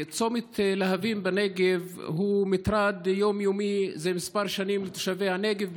צומת להבים בנגב הוא מטרד יום-יומי זה כמה שנים לתושבי הנגב בכלל,